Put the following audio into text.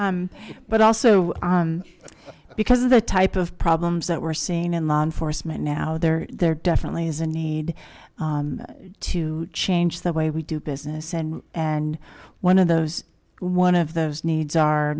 hurts but also because of the type of problems that we're seeing in law enforcement now there there definitely is a need to change the way we do business and and one of those one of those needs are